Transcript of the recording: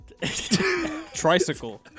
tricycle